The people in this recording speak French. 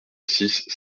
six